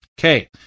Okay